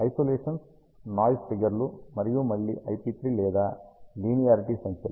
isolations noise ఫిగర్లు మరియు మళ్ళీ IP3 లేదా లీనియారిటీ సంఖ్యలు